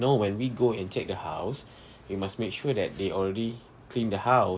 no when we go and check the house we must make sure that they already clean the house